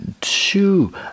two